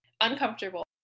uncomfortable